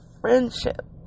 friendship